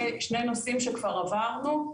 שני נושאים שכבר עברנו,